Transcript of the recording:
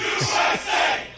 USA